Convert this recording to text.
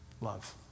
Love